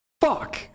fuck